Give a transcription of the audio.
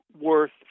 worth